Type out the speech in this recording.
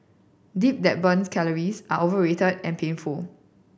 dip that burns calories are overrated and painful